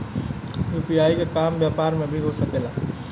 UPI के काम व्यापार में भी हो सके ला?